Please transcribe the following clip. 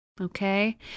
okay